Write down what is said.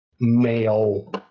male